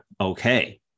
okay